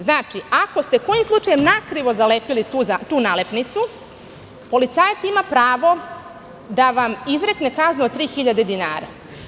Znači, ako ste kojim slučajem nakrivo zalepili tu nalepnicu, policajac ima pravo da vam izrekne kaznu od 3.000 dinara.